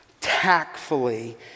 tactfully